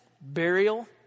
burial